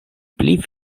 pli